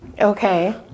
Okay